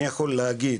אני יכול להגיד,